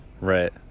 Right